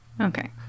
Okay